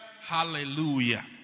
Hallelujah